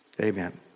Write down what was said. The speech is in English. Amen